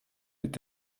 mit